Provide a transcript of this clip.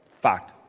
Fact